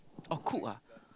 oh cook ah